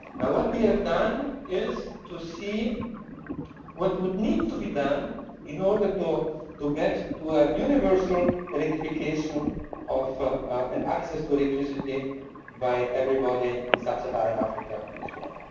now what we have done is to see what would need to be done in order to to get to a universal electrification of and access to electricity by everybody in sub-saharan africa as well.